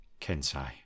Kensai